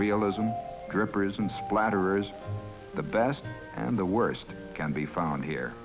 realism represent splatters the best and the worst can be found here